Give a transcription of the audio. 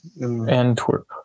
Antwerp